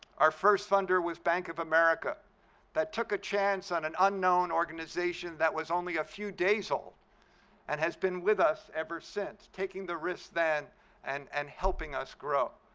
our first funder was bank of america that took a chance on an unknown organization that was only a few days old and has been with us ever since, taking the risk then and and helping us grow.